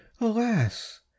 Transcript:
alas